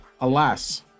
alas